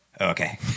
Okay